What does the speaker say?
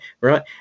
right